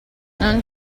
non